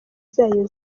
zayo